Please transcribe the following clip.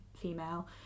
female